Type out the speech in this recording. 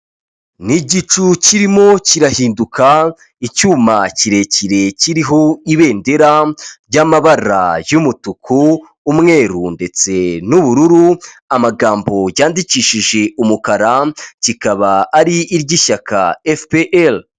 Ni igicu kirimo kirahinduka, icyuma kirekire kiriho ibendera ry'amabara y'umutuku, umweru ndetse n'ubururu, amagambo yandikishije umukara kikaba ari iry'ishyaka FPR.